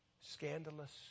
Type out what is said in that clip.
scandalous